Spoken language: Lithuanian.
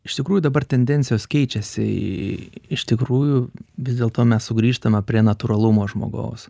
iš tikrųjų dabar tendencijos keičiasi į iš tikrųjų vis dėlto mes sugrįžtame prie natūralumo žmogaus